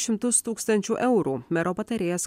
šimtus tūkstančių eurų mero patarėjas